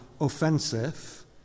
offensive